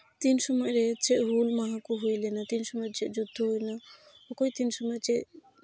ᱛᱤᱱ ᱥᱚᱢᱚᱭ ᱨᱮ ᱪᱮᱫ ᱦᱩᱞ ᱢᱟᱦᱟ ᱠᱚ ᱦᱩᱭ ᱞᱮᱱᱟ ᱛᱤᱱ ᱥᱚᱢᱚᱭ ᱪᱮᱫ ᱡᱩᱫᱫᱷᱚ ᱦᱩᱭ ᱞᱮᱱᱟ ᱚᱠᱚᱭ ᱛᱤᱱ ᱥᱚᱢᱚᱭ ᱪᱮᱫ